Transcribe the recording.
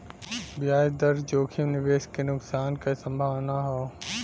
ब्याज दर जोखिम निवेश क नुकसान क संभावना हौ